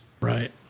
right